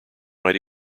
might